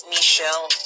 Michelle